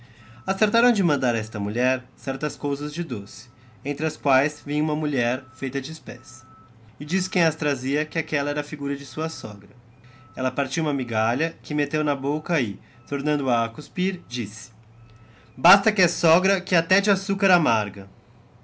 acertarão de mandar a esta mulher certas cousas de doce entre as quaes vinha huma mulher feita de espécie e disse quem as trazia que aquella era a figura de sua sogra ella partio huma migalha que metteo na boca e tornando-a a cuspir disse basta que he sogra que até de açúcar amarga